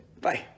Bye